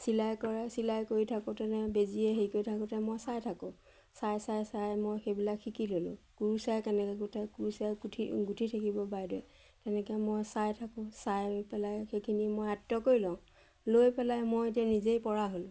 চিলাই কৰে চিলাই কৰি থাকোঁতেনে বেজীয়ে হেৰি কৰি থাকোঁতে মই চাই থাকোঁ চাই চাই চাই মই সেইবিলাক শিকি ল'লোঁ কুৰ্চাই কেনেকৈ গুঠে কুৰ্চাই গুঠি গুঠি থাকিব বাইদেউ তেনেকৈ মই চাই থাকোঁ চাই পেলাই সেইখিনি মই আয়ত্ত্ব কৰি লওঁ লৈ পেলাই মই এতিয়া নিজেই পৰা হ'লোঁ